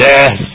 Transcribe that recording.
Yes